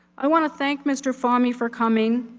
i wanna thank mr. fahmy for coming.